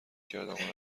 کردیم